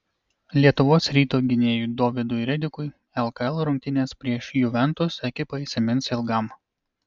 lietuvos ryto gynėjui dovydui redikui lkl rungtynės prieš juventus ekipą įsimins ilgam